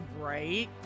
Right